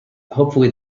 hopefully